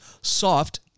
soft